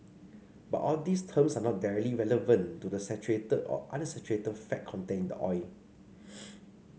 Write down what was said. but all these terms are not directly relevant to the saturated or unsaturated fat content in the oil